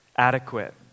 Adequate